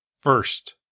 first